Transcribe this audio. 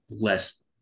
less